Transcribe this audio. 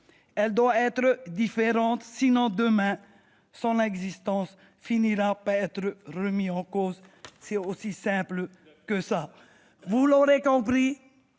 Elle doit être différente, sinon, demain, son existence finira par être remise en cause. C'est aussi simple que cela ! Exactement ! Vous l'aurez compris,